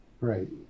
Right